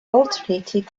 alternated